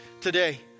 today